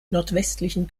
nordwestlichen